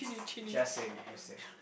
just saying just saying